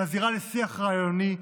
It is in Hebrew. היא הזירה לשיח רעיוני,